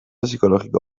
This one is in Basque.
psikologiko